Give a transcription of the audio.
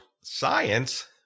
science